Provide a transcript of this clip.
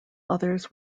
others